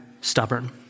stubborn